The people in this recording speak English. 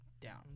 down